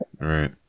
right